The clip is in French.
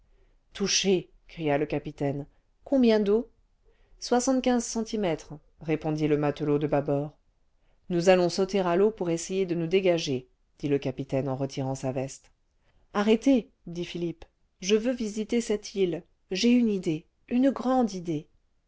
touché cria le capitaine combien d'eau soixante-quinze centimètres répondit le matelot de bâbord nous allons sauter à l'eau pour essayer de nous dégager dit le capitaine en retirant sa veste arrêtez dit philippe je veux visiter cette île j'ai une idée une grande idée